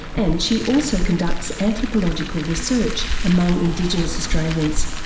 and she also conducts anthropological research among indigenous australians.